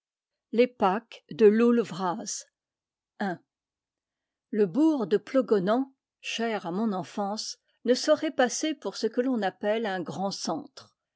l le bourg de plogonan cher à mon enfance ne saurait passer pour ce que l'on appelle un grand centre